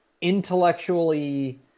intellectually